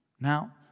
Now